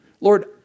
Lord